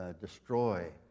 destroy